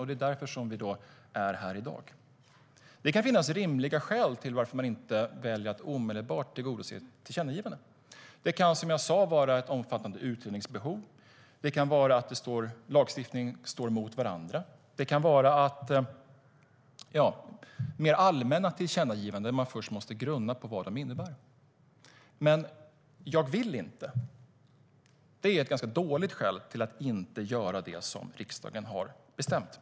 Det är därför som vi är här i dag. Det kan finnas rimliga skäl till att man inte väljer att omedelbart tillgodose ett tillkännagivande. Det kan, som sagt, vara ett omfattande utredningsbehov. Det kan vara att lagarna står mot varandra, och det kan vara att man först måste grunna på vad mer allmänna tillkännagivanden innebär. Men "jag vill inte" är ett ganska dåligt skäl för att inte göra det som riksdagen har bestämt.